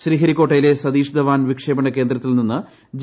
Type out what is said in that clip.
ശ്രീഹരിക്കോട്ട യിലെ സതീഷ് ധവാൻ വിക്ഷേപണ കേന്ദ്രത്തിൽ നിന്ന് ജി